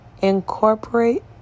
Incorporate